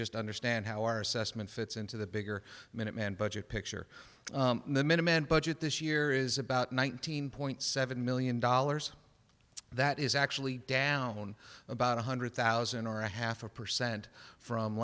just understand how our assessment fits into the bigger minuteman budget picture and the minutemen budget this year is about nineteen point seven million dollars that is actually down about one hundred thousand or a half a percent from